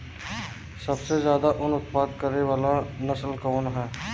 सबसे ज्यादा उन उत्पादन करे वाला नस्ल कवन ह?